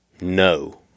no